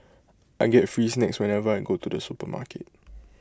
I get free snacks whenever I go to the supermarket